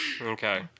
Okay